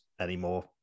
anymore